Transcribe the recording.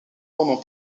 romans